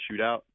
shootout